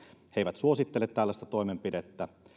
he eivät suosittele tällaista toimenpidettä